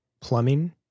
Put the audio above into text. plumbing